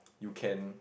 you can